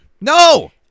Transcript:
No